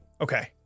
okay